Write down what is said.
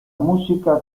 música